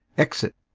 exit